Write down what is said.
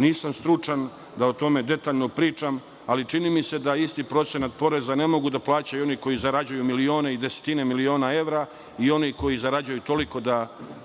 Nisam stručan da o tome detaljno pričam, ali čini mi se da isti procenat poreza ne mogu da plaćaju oni koji zarađuju milione i desetine miliona evra i oni koji zarađuju